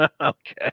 Okay